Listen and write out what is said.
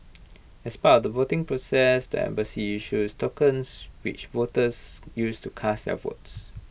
as part of the voting process the embassy issues tokens which voters use to cast their votes